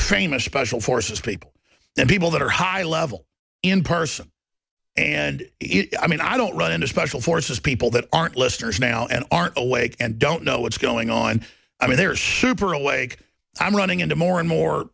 famous special forces people and people that are high level in person and i mean i don't run into special forces people that aren't listers now and aren't awake and don't know what's going on they're super awake i'm running into more and more